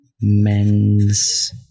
men's